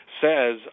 says